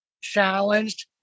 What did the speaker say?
challenged